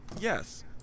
Yes